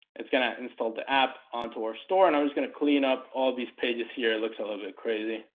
it's gonna install the app on to our store and i'm just gonna clean up all these pages here. it looks a little bit crazy